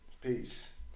Peace